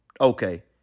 Okay